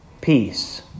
peace